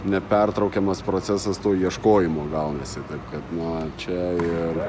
nepertraukiamas procesas to ieškojimo gaunasi kad nuo čia ir